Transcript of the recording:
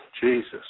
Jesus